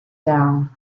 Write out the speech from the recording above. down